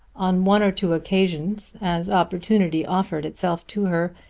on one or two occasions, as opportunity offered itself to her,